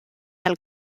del